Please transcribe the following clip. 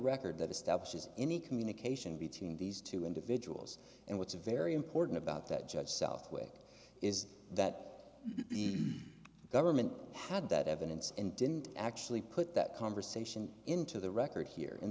record that establishes any communication between these two individuals and what's very important about that judge southwick is that the government had that evidence and didn't actually put that conversation into the record here